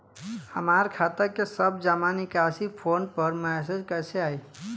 हमार खाता के सब जमा निकासी फोन पर मैसेज कैसे आई?